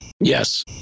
yes